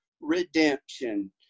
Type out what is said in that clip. redemption